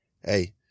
Hey